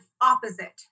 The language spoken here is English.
opposite